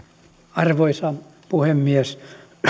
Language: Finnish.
arvoisa puhemies